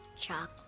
chocolate